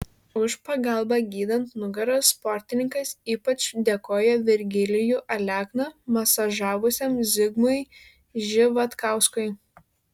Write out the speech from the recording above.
už pagalbą gydant nugarą sportininkas ypač dėkoja virgilijų alekną masažavusiam zigmui živatkauskui